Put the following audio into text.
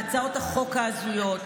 בהצעות החוק ההזויות,